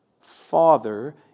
Father